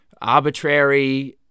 arbitrary